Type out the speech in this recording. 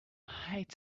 hate